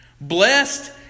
Blessed